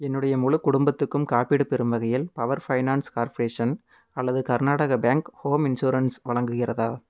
என்னுடைய முழு குடும்பத்துக்கும் காப்பீடு பெறும் வகையில் பவர் ஃபைனான்ஸ் கார்ப்ரேஷன் அல்லது கர்நாடகா பேங்க் ஹோம் இன்ஷுரன்ஸ் வழங்குகிறதா